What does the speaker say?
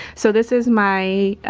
so this is my